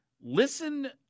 Listen